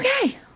okay